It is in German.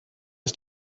ist